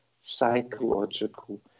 psychological